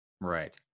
Right